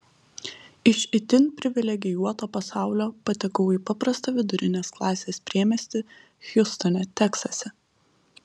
iš itin privilegijuoto pasaulio patekau į paprastą vidurinės klasės priemiestį hjustone teksase